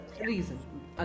reason।